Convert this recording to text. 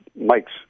Mike's